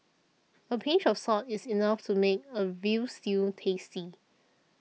a pinch of salt is enough to make a Veal Stew tasty